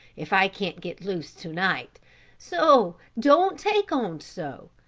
if i can't get loose to-night so don't take on so.